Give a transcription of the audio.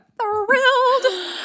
thrilled